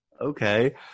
Okay